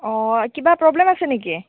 কিবা প্ৰব্লেম আছে নেকি